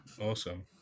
awesome